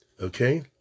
Okay